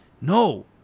no